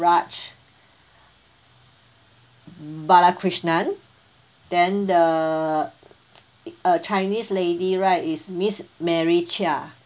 raj balakrishnan then the uh chinese lady right is miss mary chia